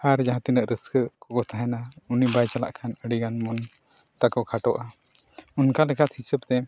ᱟᱨ ᱡᱟᱦᱟᱸ ᱛᱤᱱᱟᱹᱜ ᱨᱟᱹᱥᱠᱟᱹ ᱠᱚᱠᱚ ᱛᱟᱦᱮᱱᱟ ᱩᱱᱤ ᱵᱟᱭ ᱪᱟᱞᱟᱜ ᱠᱷᱟᱱ ᱟᱹᱰᱤ ᱜᱟᱱ ᱵᱚᱱ ᱛᱟᱠᱚ ᱠᱷᱟᱴᱚᱜᱼᱟ ᱚᱱᱠᱟ ᱞᱮᱠᱟᱛᱮ ᱦᱤᱥᱟᱹᱵᱛᱮ